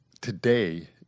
today